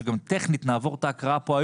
שגם טכנית נעבור את ההקראה פה,